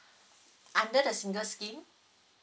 under the single scheme